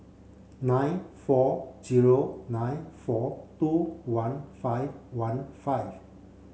nine four zero nine four two one five one five